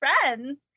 friends